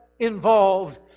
involved